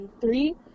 three